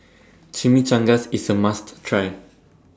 Chimichangas IS A must Try